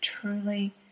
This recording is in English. truly